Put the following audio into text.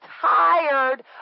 tired